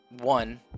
One